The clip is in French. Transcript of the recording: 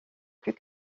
plus